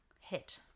hit